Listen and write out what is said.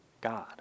God